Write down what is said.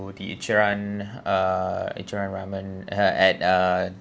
the Ichiran uh Ichiran Ramen uh at uh